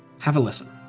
have a listen